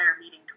meeting